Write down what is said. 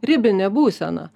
ribinė būsena